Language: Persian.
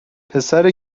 پسر